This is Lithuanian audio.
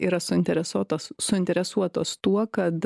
yra suinteresuotos suinteresuotos tuo kad